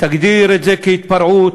תגדיר את זה כהתפרעות,